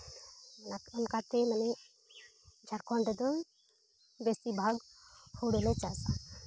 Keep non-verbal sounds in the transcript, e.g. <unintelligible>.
<unintelligible> ᱠᱟᱛᱮ ᱢᱟᱱᱮ ᱡᱷᱟᱲᱠᱷᱚᱸᱰ ᱨᱮᱫᱚ ᱵᱮᱥᱤᱨ ᱵᱷᱟᱜᱽ ᱦᱳᱲᱳᱞᱮ ᱪᱟᱥᱟ